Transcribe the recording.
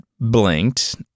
blinked